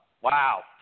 Wow